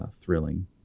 thrilling